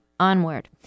Onward